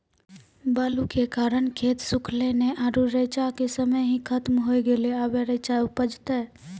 बालू के कारण खेत सुखले नेय आरु रेचा के समय ही खत्म होय गेलै, अबे रेचा उपजते?